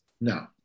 No